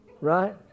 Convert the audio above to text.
right